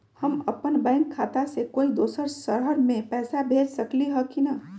हम अपन बैंक खाता से कोई दोसर शहर में पैसा भेज सकली ह की न?